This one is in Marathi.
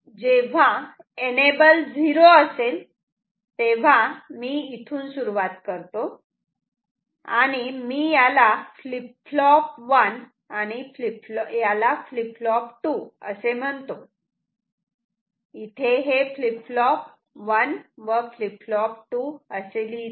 आता जेव्हा एनेबल 0 असेल तेव्हा मी इथून सुरुवात करतो आणि मी याला फ्लीप फ्लॉप 1 याला फ्लीप फ्लॉप 2 म्हणतो आणि इथे हे FF1 व FF2 असे लिहितो